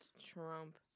Trump